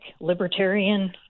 Libertarian